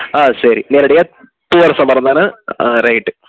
ஆ சரி நேரடியாக பூவரசம் மரம் தானே ஆ ரைட்டு